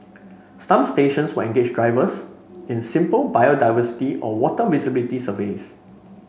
some stations will engage divers in simple biodiversity or water visibility surveys